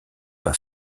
pas